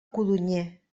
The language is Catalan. codonyer